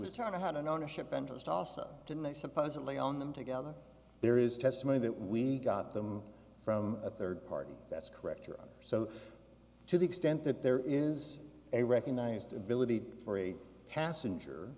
to hide and ownership interest also didn't they supposedly on them together there is testimony that we got them from a third party that's correct or so to the extent that there is a recognized ability for a passenger